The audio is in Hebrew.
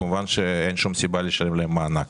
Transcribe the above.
כמובן שאין שום סיבה לשלם להם מענק.